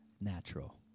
natural